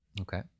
Okay